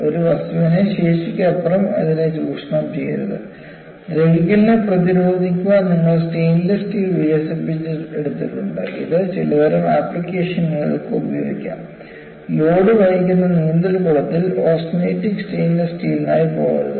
ഒരു വസ്തുവിനെ ശേഷിക്കപുറം അതിനെ ചൂഷണം ചെയ്യരുത് ദ്രവിക്കലിനെ പ്രതിരോധിക്കാൻ നിങ്ങൾ സ്റ്റെയിൻലെസ് സ്റ്റീൽ വികസിപ്പിച്ചെടുത്തിട്ടുണ്ട് ഇത് ചിലതരം ആപ്ലിക്കേഷനുകൾക്ക് ഉപയോഗിക്കാം ലോഡ് വഹിക്കുന്ന നീന്തൽക്കുളത്തിൽ ഓസ്റ്റെനിറ്റിക് സ്റ്റെയിൻലെസ് സ്റ്റീലിനായി പോകരുത്